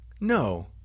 No